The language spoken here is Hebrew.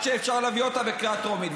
עד שאפשר להביא אותה בקריאה טרומית.